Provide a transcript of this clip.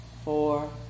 Four